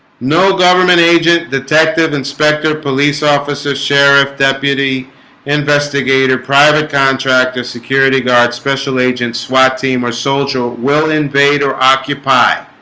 no government agent detective inspector police officer sheriff deputy investigator private contractor security guard special agent swat team or soldier will invade or occupy